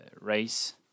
race